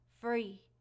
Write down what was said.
free